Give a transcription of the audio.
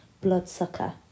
Bloodsucker